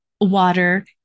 water